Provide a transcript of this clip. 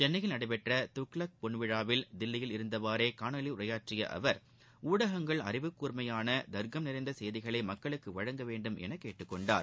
சென்னையில் நடைபெற்ற துக்ளக் பொன்விழாவில் தில்லியில் இருந்தவாரே காணொலியில் உரையாற்றிய அவர் ஊடகங்கள் அறிவுக்கூர்மயான தர்க்கம் நிறைந்த செய்திகளை மக்களுக்கு வழங்க வேண்டுமென கேட்டுக்கொண்டார்